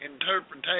interpretation